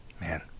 man